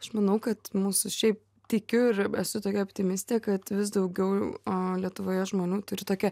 aš manau kad mūsų šiaip tikiu ir esu tokia optimistė kad vis daugiau o lietuvoje žmonių turi tokią